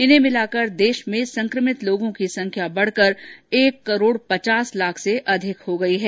इसे भिलाकर देश में संक्रभित लोगों की संख्या बढकर एक करोड पचास लाख से अधिक हो गई है